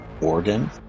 organ